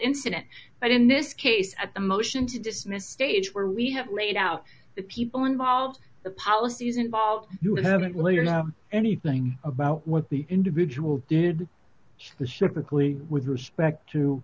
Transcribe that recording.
incident but in this case at the motion to dismiss stage where we have laid out the people involved the policies involved you haven't laid or know anything about what the individual did the sceptically with respect to